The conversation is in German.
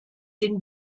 den